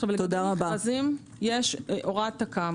לגבי מכרזים יש הוראת תכ"מ